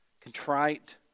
contrite